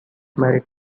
married